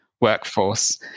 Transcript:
workforce